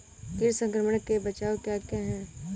कीट संक्रमण के बचाव क्या क्या हैं?